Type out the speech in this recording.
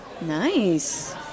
Nice